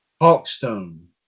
Hawkstone